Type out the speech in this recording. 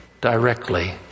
Directly